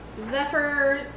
Zephyr